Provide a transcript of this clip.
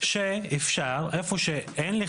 מזכירה שבשלב הזה אנחנו לא מדברים על שומה של דירה פרטית.